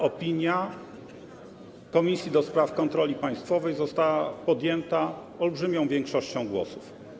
Opinia Komisji do Spraw Kontroli Państwowej została podjęta olbrzymią większością głosów.